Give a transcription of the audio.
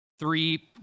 three